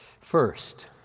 First